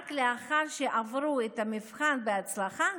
רק לאחר שעברו את המבחן בהצלחה,